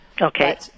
okay